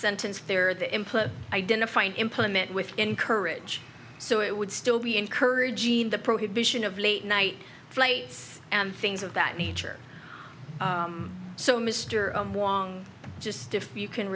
sentence there the input identify and implement with encourage so it would still be encouraging the prohibition of late night flights and things of that meter so mr wong just if you can